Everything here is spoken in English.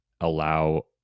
allow